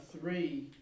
three